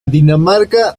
dinamarca